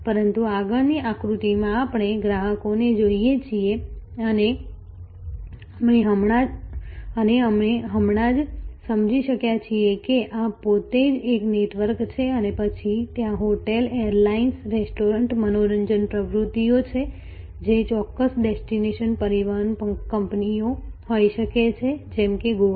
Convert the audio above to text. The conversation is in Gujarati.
પરંતુ આગળની આકૃતિમાં આપણે ગ્રાહકોને જોઈએ છીએ અને અમે હમણાં જ સમજી શક્યા છીએ કે આ પોતે જ એક નેટવર્ક છે અને પછી ત્યાં હોટલ એરલાઇન્સ રેસ્ટોરન્ટ મનોરંજન પ્રવૃત્તિઓ છે જે ચોક્કસ ડેસ્ટિનેશન પરિવહન કંપનીઓ હોય શકે છે જેમ કે ગોવા